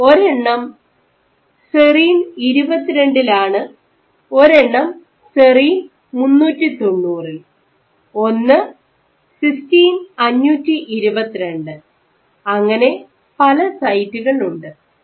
ഇതിൽ ഒരെണ്ണം സെറീൻ 22 ലാണ് ഒരെണ്ണം സെറീൻ 390 ൽ ഒന്ന് സിസ്റ്റൈൻ 522 അങ്ങനെ പല സൈറ്റുകൾ ഉണ്ട്